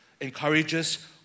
encourages